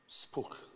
spoke